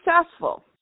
successful